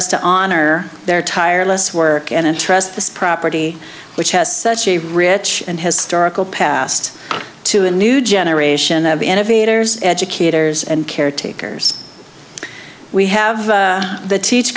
us to honor their tireless work and interest this property which has such a rich and historical past to a new generation of innovators educators and caretakers we have the teach